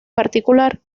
particular